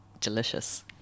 delicious